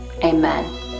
Amen